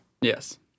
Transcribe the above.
Yes